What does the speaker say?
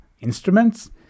instruments